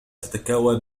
تتكون